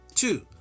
Two